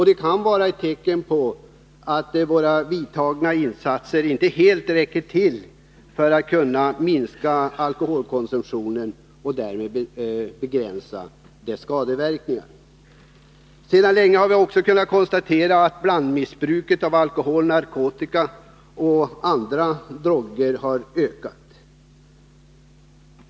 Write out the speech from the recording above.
Det kan vara ett tecken på att våra vidtagna åtgärder inte helt räcker till för att minska alkoholkonsumtionen och därmed begränsa dess skadeverkningar. Sedan länge har vi kunnat konstatera att blandmissbruket av alkohol, narkotika och andra droger ökat.